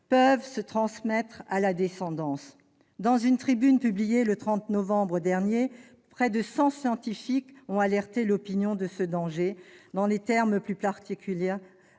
peuvent se transmettre à la descendance. Dans une tribune publiée le 29 novembre dernier, près de cent scientifiques ont alerté l'opinion sur ce danger, dans des termes d'une particulière